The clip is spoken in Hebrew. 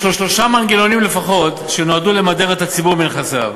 יש שלושה מנגנונים לפחות שנועדו למדר את הציבור מנכסיו: